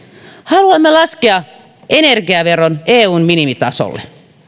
haluamme laskea energiaveron eun minimitasolle